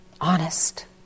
honest